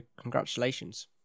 congratulations